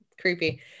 creepy